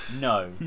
no